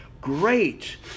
Great